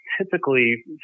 Typically